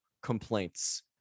complaints